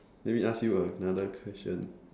let me ask you another question